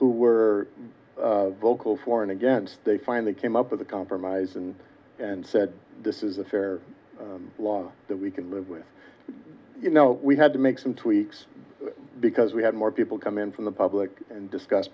who were vocal for and against they finally came up with a compromise and and said this is a fair law that we can move with you know we had to make some tweaks because we had more people come in from the public and discuss